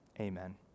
Amen